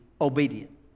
obedient